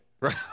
right